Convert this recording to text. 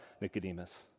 Nicodemus